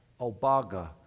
Obaga